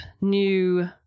new